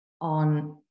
on